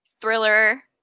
thriller